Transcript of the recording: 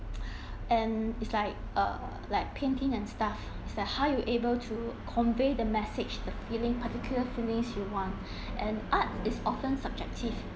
and it's like err like painting and stuff it's like how you able to convey the message the feeling particular feelings you want and art is often subjective